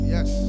Yes